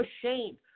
ashamed